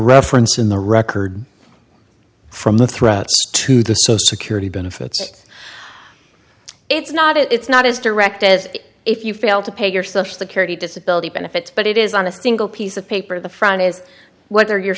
reference in the record from the threat to the social security benefits it's not it's not as direct as if you fail to pay your social security disability benefits but it is on a single piece of paper the front is what are your